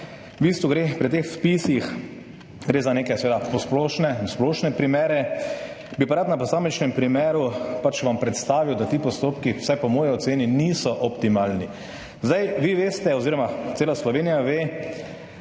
V bistvu gre pri teh vpisih, gre za neke seveda splošne primere, bi vam pa rad na posamičnem primeru predstavil, da ti postopki, vsaj po moji oceni, niso optimalni. Vi veste oziroma cela Slovenija ve,